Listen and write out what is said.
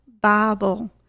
Bible